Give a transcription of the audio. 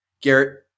Garrett